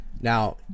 Now